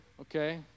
okay